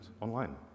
online